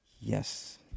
Yes